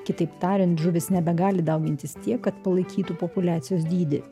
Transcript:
kitaip tariant žuvys nebegali daugintis tiek kad palaikytų populiacijos dydį